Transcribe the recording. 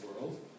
world